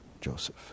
Joseph